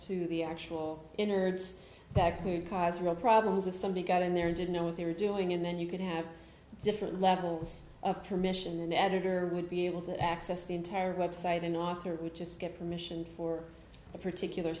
to the actual innards back who cause real problems if somebody got in there and didn't know what they were doing and then you could have different levels of commission an editor would be able to access the entire website and author would just get permission for a particular